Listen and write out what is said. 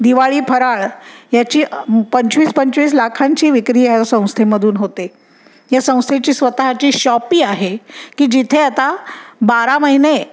दिवाळी फराळ याची पंचवीस पंचवीस लाखांची विक्री या संस्थेमधून होते या संस्थेची स्वतःची शॉपी आहे की जिथे आता बारा महिने